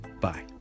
Bye